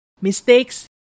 mistakes